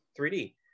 3D